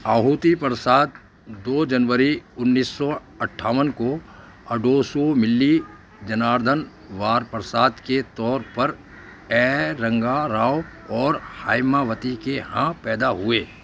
آہوتی پرساد دو جنوری انیس سو اٹھاون کو اڈوسوملّی جناردھن وار پرساد کے طور پر اے رنگا راؤ اور ہائمہ وتی کے ہاں پیدا ہوئے